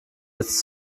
jetzt